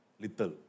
little